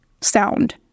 sound